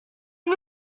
nur